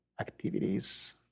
activities